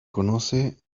conoce